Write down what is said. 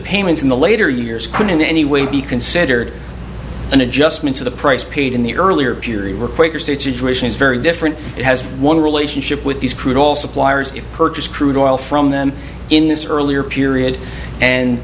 payments in the later years could in any way be considered an adjustment to the price paid in the earlier period were very different it has one relationship with these crude oil suppliers purchased crude oil from them in this earlier period and